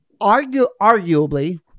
arguably